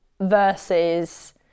versus